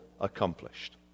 accomplished